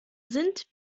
sind